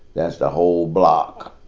that's the whole block